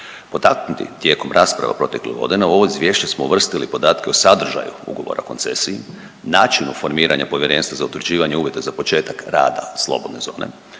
Potaknuti tijekom rasprave o protekloj godini, u ovo Izvješće smo uvrstili podatke o sadržaju ugovora o koncesiji, načinu formiranja Povjerenstva za utvrđivanje uvjeta za početak rada slobodne zone,